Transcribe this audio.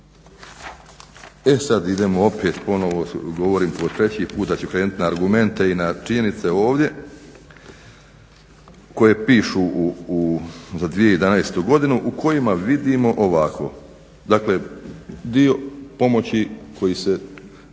E sad idemo opet ponovo govorim po treći put da ću krenuti da ću krenut na argumente i na činjenice ovdje koje pišu za 2011. godinu u kojima vidimo ovako. Dakle dio pomoći koji je